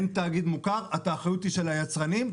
אם אין תאגיד מוכר האחריות היא של היצרנים.